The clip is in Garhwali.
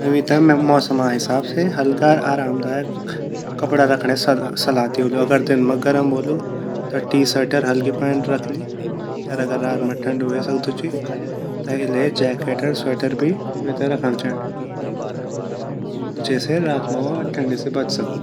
वीते मैं मौसम हिसाब से हल्का आराम दायक कपडा राखंडे सलहा दयोलु अगर दिन मा गरम वोलु ता टी-शर्ट अर हलकी पैंट रखे अर अगर रात मा ठण्डु वे सकदु ची ता वीते स्वेटर अर जैकेट भी राखंड चैन जैसे रात मा वा ठण्ड से बच सकू।